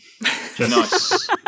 Nice